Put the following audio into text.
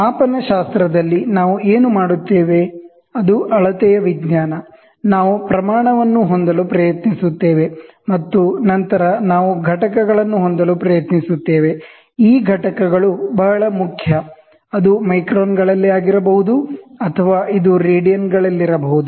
ಮಾಪನಶಾಸ್ತ್ರ ದಲ್ಲಿ ನಾವು ಏನು ಮಾಡುತ್ತೇವೆ ಅದು ಅಳತೆಯ ವಿಜ್ಞಾನ ನಾವು ಪ್ರಮಾಣವನ್ನು ಹೊಂದಲು ಪ್ರಯತ್ನಿಸುತ್ತೇವೆ ಮತ್ತು ನಂತರ ನಾವು ಘಟಕಗಳನ್ನು ಹೊಂದಲು ಪ್ರಯತ್ನಿಸುತ್ತೇವೆ ಈ ಘಟಕಗಳು ಬಹಳ ಮುಖ್ಯ ಅದು ಮೈಕ್ರಾನ್ ಗಳಲ್ಲಿ ಆಗಿರಬಹುದು ಅಥವಾ ಇದು ರೇಡಿಯನ್ ಗಳಲ್ಲಿರಬಹುದು